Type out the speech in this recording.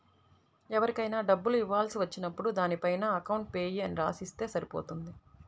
ఎవరికైనా డబ్బులు ఇవ్వాల్సి వచ్చినప్పుడు దానిపైన అకౌంట్ పేయీ అని రాసి ఇస్తే సరిపోతుంది